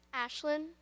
Ashlyn